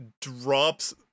drops